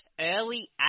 early